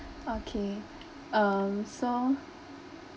okay um so